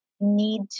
need